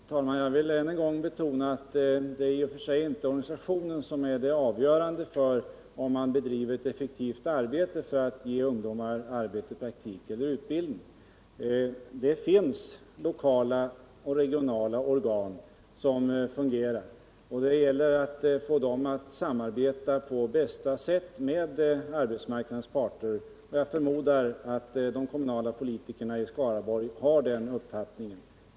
Herr talman! Jag vill än en gång betona att det inte i och för sig är organisationen som är avgörande för om det bedrivs ett effektivt arbete eller inte för att ge ungdomar praktik eller utbildning. Det finns lokala och regionala organ som fungerar, får jag på nytt erinra om distriktsarbetsnämnderna och planeringsråden. Det gäller att få dem att samarbeta på bästa sätt sinsemellan och med andra organ. Jag förmodar att de kommunala politikerna i Skaraborgs län har samma uppfattning.